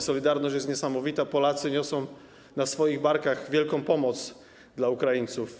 Solidarność jest niesamowita, Polacy niosą na swoich barkach wielką pomoc dla Ukraińców.